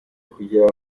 kugira